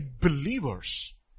believers